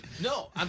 No